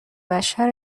بشر